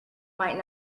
might